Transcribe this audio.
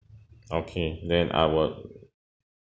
okay then I will